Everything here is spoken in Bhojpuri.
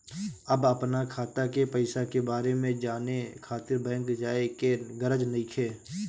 अब अपना खाता के पईसा के बारे में जाने खातिर बैंक जाए के गरज नइखे